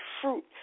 fruit